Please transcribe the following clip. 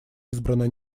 избрана